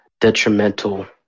detrimental